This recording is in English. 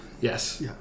Yes